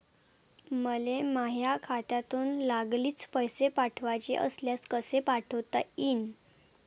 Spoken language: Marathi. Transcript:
मले माह्या खात्यातून लागलीच पैसे पाठवाचे असल्यास कसे पाठोता यीन?